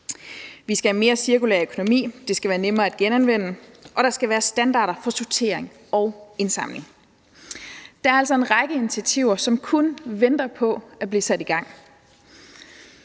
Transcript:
Vi skal have mere cirkulær økonomi, det skal være nemmere at genanvende, og der skal være standarder for sortering og indsamling. Der er altså en række initiativer, som kun venter på at blive sat i gang.